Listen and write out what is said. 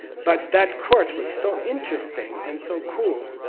but that course was so interesting and so cool,